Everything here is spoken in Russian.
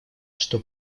что